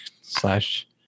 slash